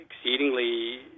exceedingly